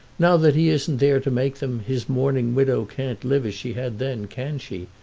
now that he isn't there to make them, his mourning widow can't live as she had then, can she?